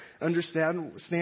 understand